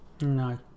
no